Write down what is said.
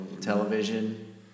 Television